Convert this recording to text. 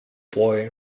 boy